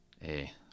Hey